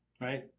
Right